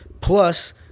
Plus